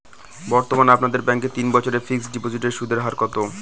বর্তমানে আপনাদের ব্যাঙ্কে তিন বছরের ফিক্সট ডিপোজিটের সুদের হার কত?